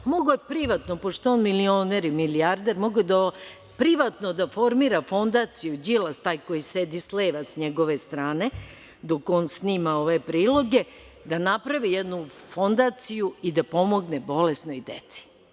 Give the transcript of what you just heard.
Mogao je privatno, pošto je on milioner i milijarder, mogao je privatno da formira fondaciju – Đilas, taj koji sede s leva sa njegove strane, dok on snima ove priloge, da napravi jednu fondaciju i da pomogne bolesnoj deci.